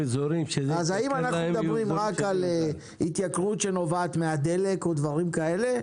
האם אנחנו מדברים רק על התייקרות שנובעת מהדלק או דברים כאלה,